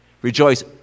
Rejoice